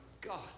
God